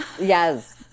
Yes